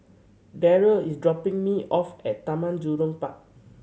Derald is dropping me off at Taman Jurong Park